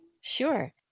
Sure